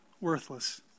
Worthless